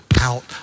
out